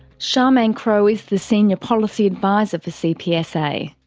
charmaine crowe is the senior policy adviser for cpsa.